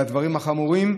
מהדברים החמורים.